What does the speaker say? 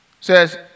says